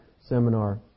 seminar